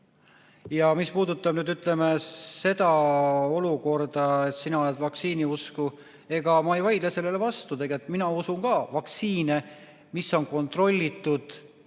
Ja mis puudutab seda olukorda, et sina oled vaktsiiniusku, ega ma ei vaidle sellele vastu. Tegelikult mina usun ka vaktsiine, mis on kontrollitud,